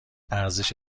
ارزش